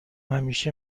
همیشه